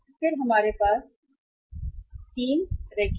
फिर हमारे पास आविष्कार और आविष्कार 3 प्रकार के हैं